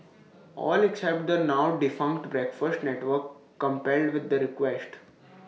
all except the now defunct breakfast network complied with the request